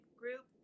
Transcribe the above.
group